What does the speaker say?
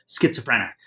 schizophrenic